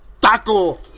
Taco